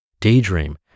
daydream